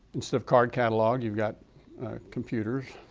instead of card catalogue, you've got computers,